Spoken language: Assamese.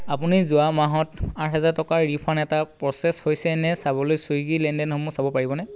আপুনি যোৱা মাহত আঠ হাজাৰ টকাৰ ৰিফাণ্ড এটা প্ৰ'চেছ হৈছেনে চাবলৈ ছুইগি লেনদেনসমূহ চাব পাৰিবনে